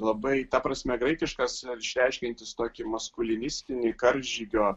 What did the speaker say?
labai ta prasme graikiškas ar išreiškiantis tokį maskulinistinį karžygio